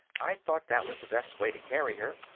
i thought that was the best way to carry her.